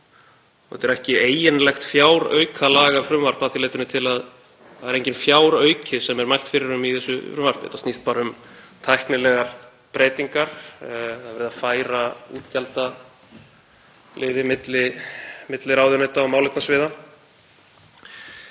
þetta er ekki eiginlegt fjáraukalagafrumvarp að því leyti til að það er enginn fjárauki sem er mælt fyrir um í þessu frumvarpi. Þetta snýst bara um tæknilegar breytingar. Það er verið að færa útgjaldaliði milli ráðuneyta og málefnasviða.